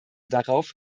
darauf